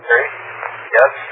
Yes